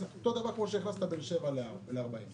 אותו דבר שהכנסת בין 7 40 קילומטר.